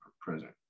present